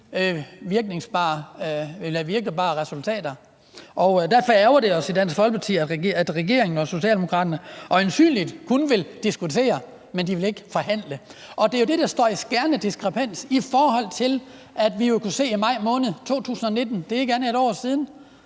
virkningsfulde resultater, og derfor ærgrer det os i Dansk Folkeparti, at regeringen og Socialdemokraterne øjensynlig kun vil diskutere, men ikke forhandle. Det står jo i skærende kontrast til, at vi kunne se, at i maj måned 2019 – det er ikke mere end et år siden